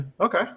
okay